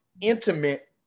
intimate